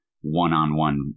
one-on-one